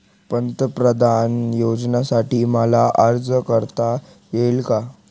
पंतप्रधान योजनेसाठी मला अर्ज करता येईल का?